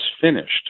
finished